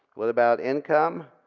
what about income?